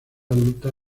adulta